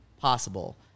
possible